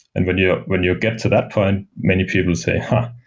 and but yeah when you get to that point, many people say, huh!